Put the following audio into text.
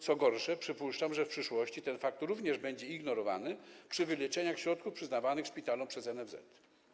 Co gorsze, przypuszczam, że w przyszłości ten fakt również będzie ignorowany przy wyliczeniach środków przyznawanych szpitalom przez NFZ.